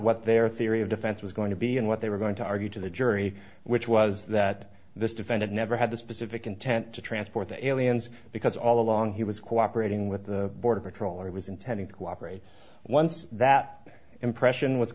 what their theory of defense was going to be and what they were going to argue to the jury which was that this defendant never had the specific intent to transport the aliens because all along he was cooperating with the border patrol or was intending to cooperate once that impression was